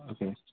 okay